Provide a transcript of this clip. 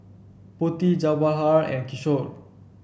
Potti Jawaharlal and Kishore